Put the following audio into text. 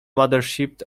mothership